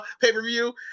pay-per-view